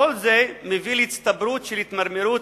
כל זה מביא להצטברות של התמרמרות